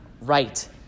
right